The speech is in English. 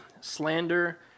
slander